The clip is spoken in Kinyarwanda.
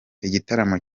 igitaramo